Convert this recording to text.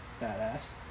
badass